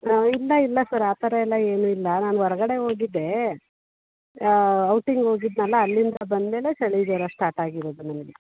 ಹಾಂ ಇಲ್ಲ ಇಲ್ಲ ಸರ್ ಆ ಥರ ಎಲ್ಲ ಏನೂ ಇಲ್ಲ ನಾನು ಹೊರ್ಗಡೆ ಹೋಗಿದ್ದೆ ಔಟಿಂಗ್ ಹೋಗಿದ್ನಲ್ಲ ಅಲ್ಲಿಂದ ಬಂದ ಮೇಲೆ ಚಳಿ ಜ್ವರ ಸ್ಟಾಟ್ ಆಗಿರೋದು ನನಗೆ